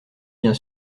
bien